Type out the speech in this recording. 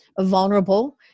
vulnerable